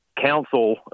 council